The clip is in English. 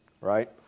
right